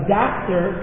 doctor